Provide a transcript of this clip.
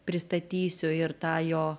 pristatysiu ir tą jo